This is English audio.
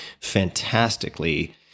fantastically